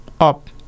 up